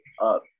up